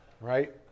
Right